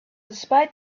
despite